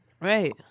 Right